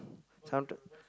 somet~